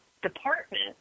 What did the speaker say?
department